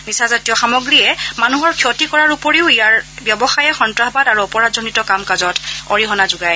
নিচাজাতীয় সামগ্ৰীয়ে মানুহৰ ক্ষতি কৰাৰ উপৰিও ইয়াৰ ব্যৱসায়ে সন্তাসবাদ আৰু অপৰাধজনিত কাম কাজত অৰিহণা যোগায়